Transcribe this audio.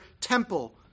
temple